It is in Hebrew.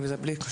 בנתונים,